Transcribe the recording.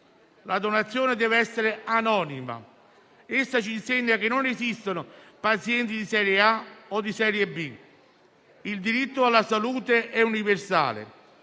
La donazione dev'essere anonima e ci insegna che non esistono pazienti di serie A o di serie B. Il diritto alla salute è universale: